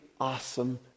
awesome